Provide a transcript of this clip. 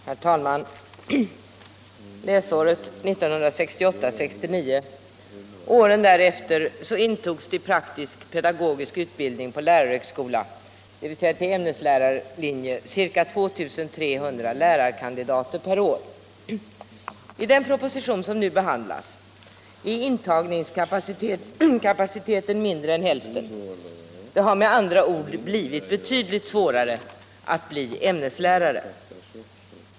Herr talman! Läsåret 1968/69 och året därefter intogs till praktisk pedagogisk utbildning på lärarhögskolan, dvs. till ämneslärarlinjen, ca 2 300 lärarkandidater per år. I den proposition som nu behandlas är intagningskapaciteten mindre än hälften. Det har med andra ord blivit betydligt svårare att bli ämneslärare.